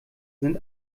sind